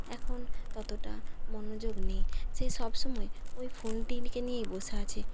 এখন ততটা মনোযোগ নেই সে সবসময় ওই ফোনটিকে নিয়েই বসে আছে